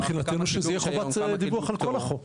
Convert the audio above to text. מבחינתנו שתהיה חובת דיווח על כל החוק.